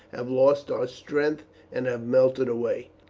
have lost our strength and have melted away.